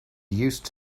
used